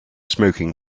smoking